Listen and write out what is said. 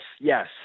yes